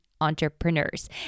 entrepreneurs